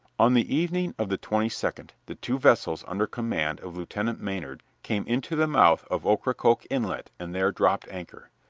on the evening of the twenty-second the two vessels under command of lieutenant maynard came into the mouth of ocracoke inlet and there dropped anchor.